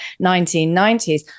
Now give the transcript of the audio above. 1990s